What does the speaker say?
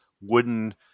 wooden